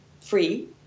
free